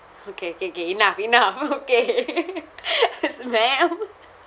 okay K K enough enough okay yes ma'am